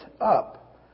up